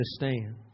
understand